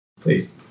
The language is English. Please